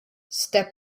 step